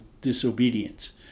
disobedience